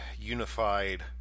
unified